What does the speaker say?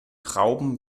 trauben